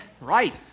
Right